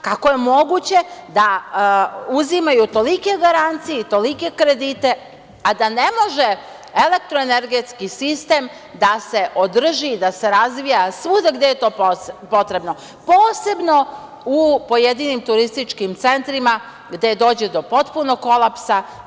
Kako je moguće da uzimaju tolike garancije i tolike kredite a da ne može elektroenergetski sistem da se održi i da se razvija svuda gde je to potrebno, posebno u pojedinim turističkim centrima gde dođe do potpunog kolapsa?